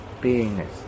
beingness